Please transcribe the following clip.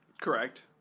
Correct